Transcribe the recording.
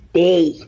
day